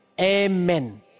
Amen